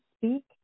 speak